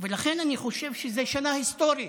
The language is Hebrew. ולכן אני חושב שזו שנה היסטורית.